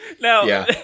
Now